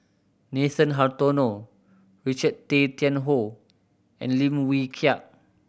Nathan Hartono Richard Tay Tian Hoe and Lim Wee Kiak